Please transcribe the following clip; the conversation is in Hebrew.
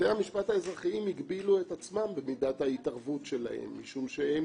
בתי המשפט האזרחיים הגבילו את עצמם במידת ההתערבות שלהם משום שהם